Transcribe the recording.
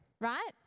right